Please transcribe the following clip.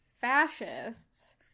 fascists